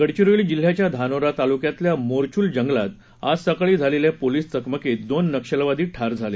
गडघिरोली जिल्ह्याच्या धानोरा तालुक्यातल्या मोरवूल जंगलात आज सकाळी झालेल्या पोलीस चकमकीत दोन नक्षलवादी ठार झाले